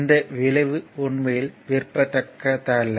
இந்த விளைவு உண்மையில் விரும்பத்தக்கது அல்ல